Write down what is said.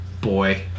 boy